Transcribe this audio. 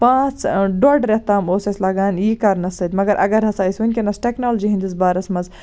پانژھ ڈوٚڑ رٮ۪تھ تام اوس اَسہِ لگان یہِ کرنَس مَگر اَگر ہسا أسۍ ؤنکیٚس ٹیکنالجی ہِندِس بارَس منٛز